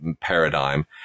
paradigm